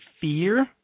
fear